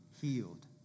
healed